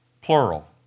plural